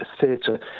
theatre